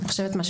אני חושבת.